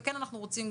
וכן אנחנו רוצים,